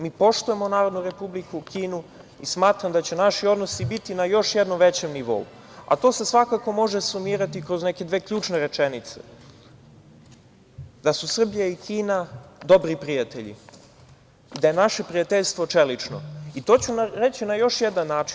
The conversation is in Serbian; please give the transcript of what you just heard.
Mi poštujemo Narodnu Republiku Kinu i smatram da će naši odnosi biti na još jednom većem nivou, a to se svakako može sumirati kroz neke dve ključne rečenice, da su Srbija i Kina dobri prijatelji, da je naše prijateljstvo čelično i to ću reći na još jedan način.